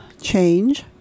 change